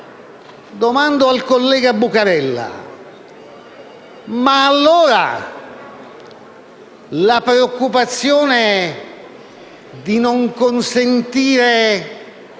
dunque al collega Buccarella: ma allora, la preoccupazione di non consentire